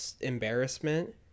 embarrassment